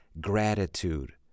gratitude